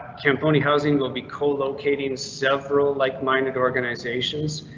camponi housing will be co. locating several like minded organizations,